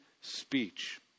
speech